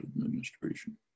administration